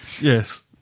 Yes